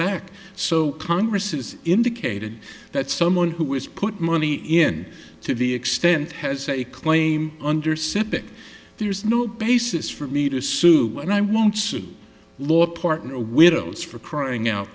back so congress is indicated that someone who is put money in to the extent has a claim under septic there's no basis for me to sue and i won't see law partner widows for crying out